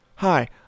Hi